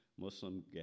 Muslim